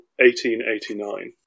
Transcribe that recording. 1889